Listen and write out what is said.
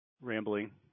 rambling